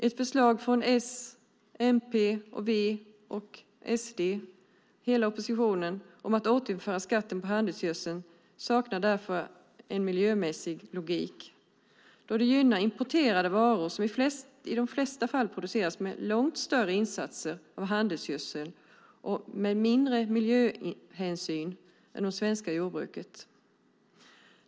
Ett förslag från S, MP, V och SD, hela oppositionen, om att återinföra skatten på handelsgödsel saknar därför miljömässig logik då det gynnar importerade varor som i de flesta fall produceras med långt större insatser av handelsgödsel och med mindre miljöhänsyn än i det svenska jordbruket.